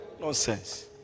Nonsense